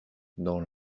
dans